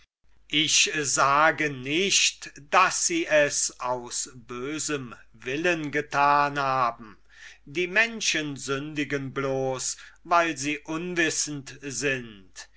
ich sage nicht daß sie es aus bösem willen getan die menschen sündigen bloß weil sie unwissend sind